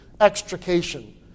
extrication